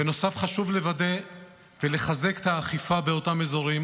בנוסף, חשוב לוודא ולחזק את האכיפה באותם אזורים